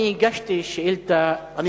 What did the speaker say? אני הגשתי שאילתא דחופה,